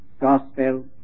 gospel